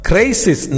Crisis